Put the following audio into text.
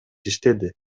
иштеди